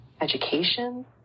education